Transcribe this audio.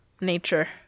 nature